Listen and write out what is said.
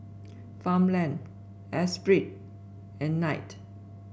Farmland Espirit and Knight